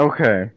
Okay